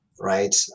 right